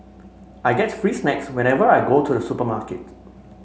I get free snacks whenever I go to the supermarket